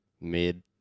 Mid